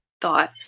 thought